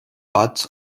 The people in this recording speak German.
bad